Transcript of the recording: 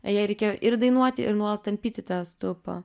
jai reikėjo ir dainuoti ir nuolat tampyti tą stulpą